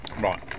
right